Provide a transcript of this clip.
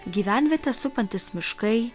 gyvenvietę supantys miškai